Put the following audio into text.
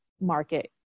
market